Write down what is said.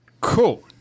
Cool